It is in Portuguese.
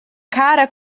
cara